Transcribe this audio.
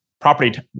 property